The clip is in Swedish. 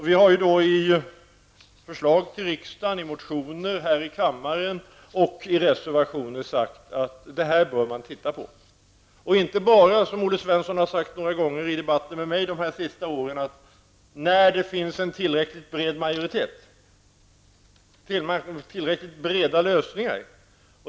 Vi har i motioner till riksdagen, i reservationer och här i kammaren sagt att detta bör man titta på. Det bör göras inte bara, som Olle Svensson sagt några gånger i debatter med mig de senaste åren, när det finns en tillräckligt bred majoritet, när det kan skapas tillräckligt breda lösningar.